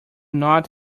not